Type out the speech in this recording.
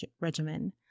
regimen